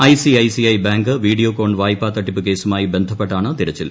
I C I C I bank Videocon വായ്പാ തട്ടിപ്പ് കേസുമായി ബന്ധപ്പെട്ടാണ് തിരച്ചിൽ